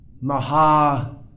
Maha